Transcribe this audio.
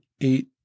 eight